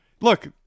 Look